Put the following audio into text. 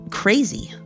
crazy